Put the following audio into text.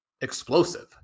explosive